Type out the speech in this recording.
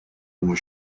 uma